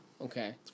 Okay